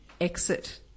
exit